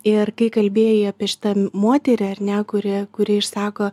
ir kai kalbėjai apie šitą moterį ar ne kuri kuri išsako